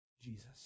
Jesus